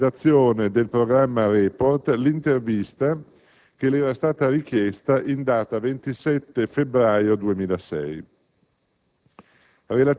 alla redazione del programma «Report» l'intervista che le era stata richiesta in data 27 febbraio 2006.